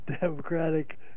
Democratic